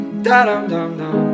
Da-dum-dum-dum